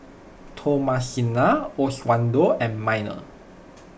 Thomasina Oswaldo and Minor